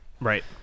right